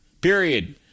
Period